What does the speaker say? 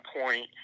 point